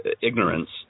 ignorance